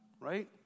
Right